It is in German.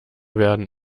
werden